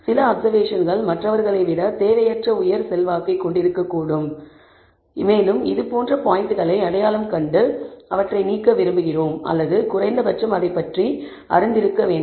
சில அப்சர்வேஷன்கள் மற்றவர்களை விட தேவையற்ற உயர் செல்வாக்கைக் கொண்டிருக்கக்கூடும் மேலும் இதுபோன்ற பாயிண்ட்களை அடையாளம் கண்டு அவற்றை நீக்க விரும்புகிறோம் அல்லது குறைந்தபட்சம் அதைப்பற்றி அறிந்திருக்க வேண்டும்